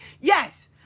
Yes